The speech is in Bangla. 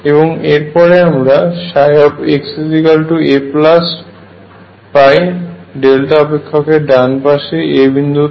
এবং এর পরে আমরা xa পাই ডেল্টা অপেক্ষকের ডান পাশে a বিন্দুতে